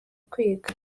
kwiga